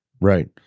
Right